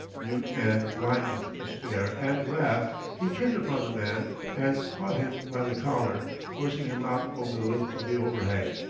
mute and blind with despair and wrath, he turned upon the man and caught him by the collar, forcing him out over the lip of the overhang.